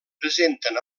presenten